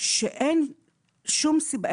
שאין שום סיבה,